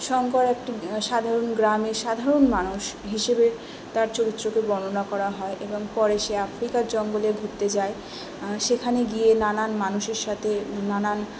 শংকর একটি সাধারণ গ্রামের সাধারণ মানুষ হিসেবে তার চরিত্রকে বর্ণনা করা হয় এবং পরে সে আফ্রিকার জঙ্গলে ঘুরতে যায় সেখানে গিয়ে নানান মানুষের সাথে নানান